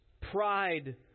pride